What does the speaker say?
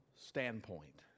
standpoint